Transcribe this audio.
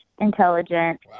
intelligent